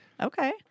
Okay